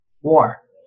war